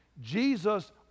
jesus